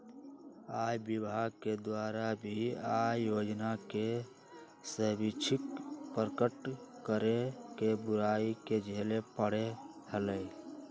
आय विभाग के द्वारा भी आय योजना के स्वैच्छिक प्रकट करे के बुराई के झेले पड़ा हलय